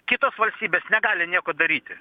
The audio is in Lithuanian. kitos valstybės negali nieko daryti